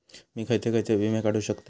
मी खयचे खयचे विमे काढू शकतय?